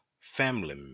family